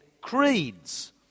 creeds